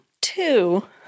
two